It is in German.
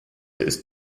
ist